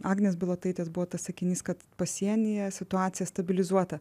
agnės bilotaitės buvo tas sakinys kad pasienyje situacija stabilizuota